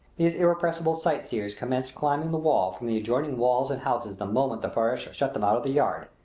these irrepressible sight-seers commenced climbing the wall from the adjoining walls and houses the moment the farash shut them out of the yard,